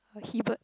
uh he bird